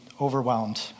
overwhelmed